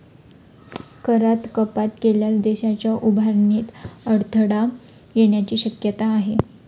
करात कपात केल्यास देशाच्या उभारणीत अडथळा येण्याची शक्यता आहे